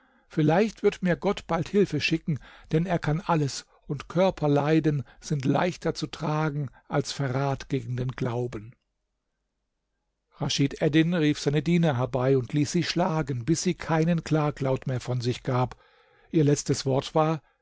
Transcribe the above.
vielleicht wird mir gott bald hilfe schicken denn er kann alles und körperleiden sind leichter zu tragen als verrat gegen den glauben raschid eddin rief seine diener herbei und ließ sie schlagen bis sie keinen klaglaut mehr von sich gab ihr letztes wort war